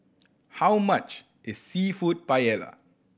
how much is Seafood Paella